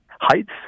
heights